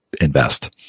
invest